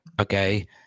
okay